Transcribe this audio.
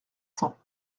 cents